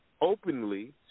openly